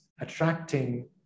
attracting